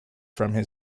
from